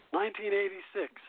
1986